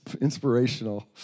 Inspirational